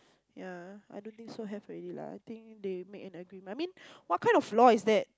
yeah I don't think so have already lah I think they made an agreement I mean what kind of law is that